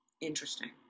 Interesting